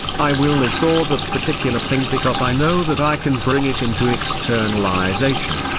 i will this or that particular thing because i know that i can bring it into externalisation,